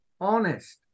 honest